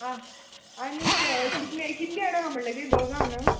आं आनी कितले कितलीं जाणां हां म्हटलें तुवें दोगा न्हू